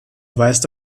weist